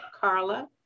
Carla